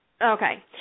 Okay